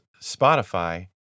Spotify